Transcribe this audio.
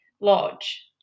lodge